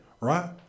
right